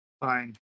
Fine